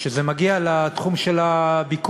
כשזה מגיע לתחום של הביקוש,